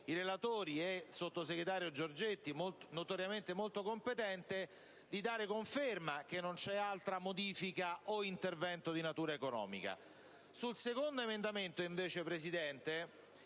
i relatori e il sottosegretario Giorgetti, notoriamente molto competente, di dare conferma che non c'è altra modifica o intervento di natura economica. Sull'emendamento 6.0.5 invece, signor Presidente,